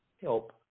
help